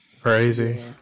Crazy